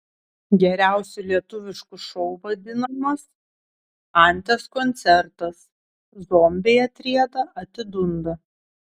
geriausiu lietuvišku šou vadinamas anties koncertas zombiai atrieda atidunda